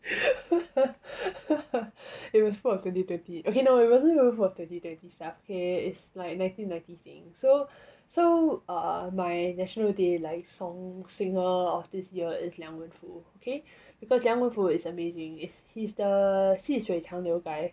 it was full of twenty twenty okay no it wasn't for twenty twenty stuff okay is like nineteen ninety themed so so err my national day live song singer of this year is liang wen fu okay because liang wen fu is amazing he's the 细水长流 guy